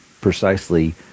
precisely